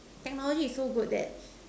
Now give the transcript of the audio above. technology is so good that